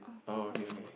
oh okay okay